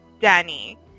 Danny